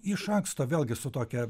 iš anksto vėlgi su tokia